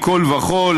מכול וכול,